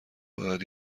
باید